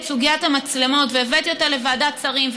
סוגיית המצלמות והבאתי אותה לוועדת שרים,